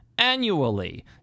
Annually